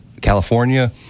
California